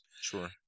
Sure